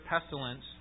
pestilence